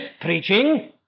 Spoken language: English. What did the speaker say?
preaching